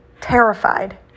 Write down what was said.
terrified